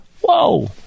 Whoa